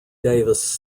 davis